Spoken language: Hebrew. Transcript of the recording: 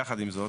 יחד עם זאת,